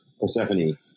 Persephone